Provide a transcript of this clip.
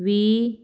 ਵੀ